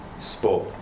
Sport